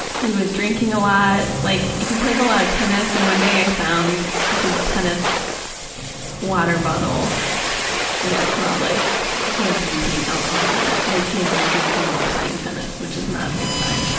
he was drinking a lot, like he played a lot of tennis, and one day i found his tennis water bottle and it smelled like he had been putting alcohol in it, like he had been drinking while playing tennis, which is not a good sign.